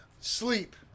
Sleep